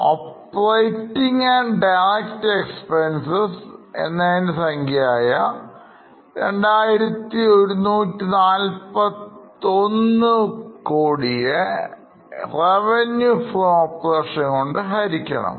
operating and direct expenses എന്നതിൻറെ സംഖ്യയായ 2141 നെ revenue from operations കൊണ്ട് ഹരിക്കണം